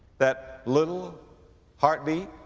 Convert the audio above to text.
that little heart beat?